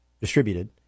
distributed